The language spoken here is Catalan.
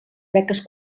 beques